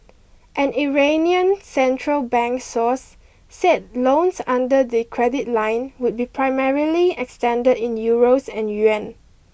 an Iranian central bank source said loans under the credit line would be primarily extended in euros and yuan